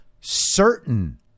certain